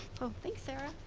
thanks sarah.